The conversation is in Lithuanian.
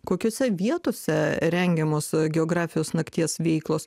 kokiose vietose rengiamos a geografijos nakties veiklos